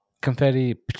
Confetti